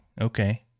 okay